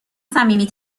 صمیمی